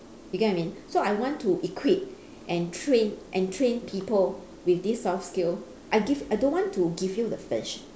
you get what I mean so I want to equip and train and train people with this soft skill I give I don't want to give you the fish